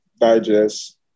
digest